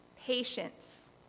patience